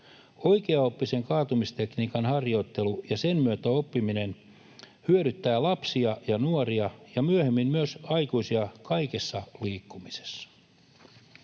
Oikeaoppisen kaatumistekniikan harjoittelu ja sen myötä oppiminen hyödyttää lapsia ja nuoria ja myöhemmin myös aikuisia kaikessa liikkumisessa.